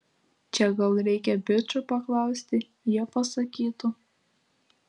čia gal reikia bičų paklausti jie pasakytų